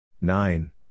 nine